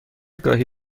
گاهی